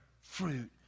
fruit